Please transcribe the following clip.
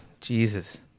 Jesus